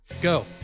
Go